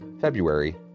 February